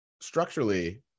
structurally